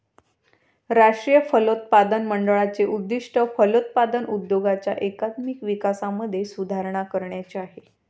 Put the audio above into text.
राष्ट्रीय फलोत्पादन मंडळाचे उद्दिष्ट फलोत्पादन उद्योगाच्या एकात्मिक विकासामध्ये सुधारणा करण्याचे आहे